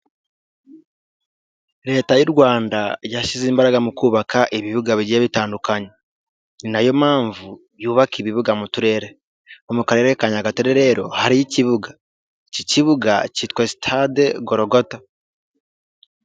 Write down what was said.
Leta y'u Rwanda yashyize imbaraga mu kubaka ibibuga bigiye bitandukanye, ni nayo mpamvu yubaka ibibuga mu Turere, nko mu Karere ka Nyagatare rero hariyo ikibuga, iki kibuga cyitwa sitade Gorogota.